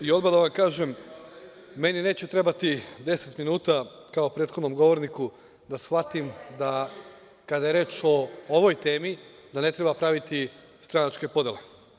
Odmah da vam kažem, meni neće trebati deset minuta kao prethodnom govorniku da shvatim da kada je reč o ovoj temi, da ne treba praviti stranačke podele.